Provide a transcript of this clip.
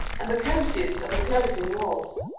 and the cosiest of enclosing walls.